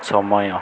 ସମୟ